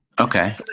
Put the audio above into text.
Okay